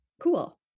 Cool